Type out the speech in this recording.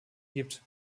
gibt